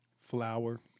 flour